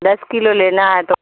دس kilo لینا ہے تو